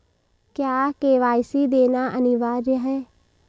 क्या के.वाई.सी देना अनिवार्य है?